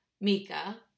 Mika